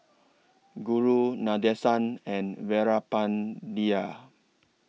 Guru Nadesan and Veerapandiya